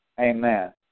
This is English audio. Amen